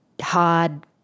hard